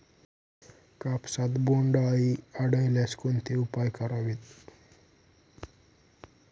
कापसात बोंडअळी आढळल्यास कोणते उपाय करावेत?